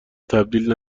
تبدیل